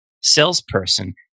salesperson